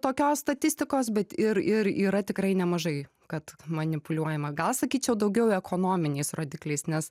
tokios statistikos bet ir ir yra tikrai nemažai kad manipuliuojama gal sakyčiau daugiau ekonominiais rodikliais nes